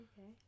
okay